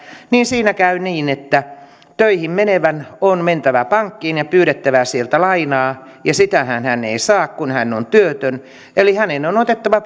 siinä käy niin että töihin menevän on mentävä pankkiin ja pyydettävä sieltä lainaa mutta sitähän hän ei saa kun hän on työtön eli hänen on otettava